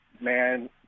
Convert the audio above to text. Man